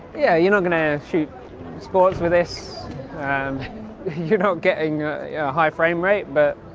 yeah, you're not gonna shoot sports with this and you're not getting a yeah high frame rate, but